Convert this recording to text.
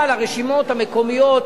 אבל הרשימות המקומיות